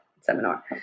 seminar